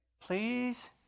Please